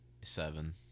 seven